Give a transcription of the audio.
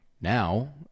now